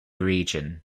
region